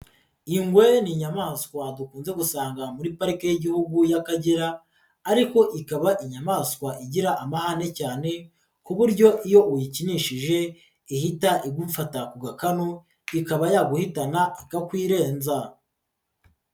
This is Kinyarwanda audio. Ingwe ni inyamaswa dukunze gusanga muri parike y'igihugu y'Akagera ariko ikaba inyamaswa igira amahane cyane, ku buryo iyo uyikinishije ihita igufata ku gakanu, ikaba yaguhitana ikakwirenza.